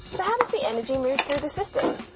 so how does the energy move through the system?